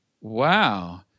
Wow